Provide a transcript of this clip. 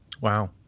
Wow